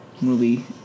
movie